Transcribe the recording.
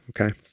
okay